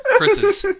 chris's